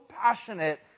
passionate